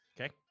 Okay